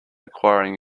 acquiring